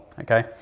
okay